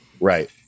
Right